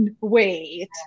wait